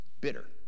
Bitter